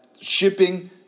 Shipping